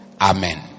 Amen